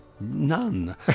None